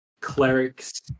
clerics